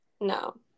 No